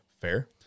Fair